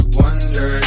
wonder